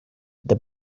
the